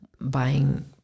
buying